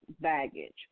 baggage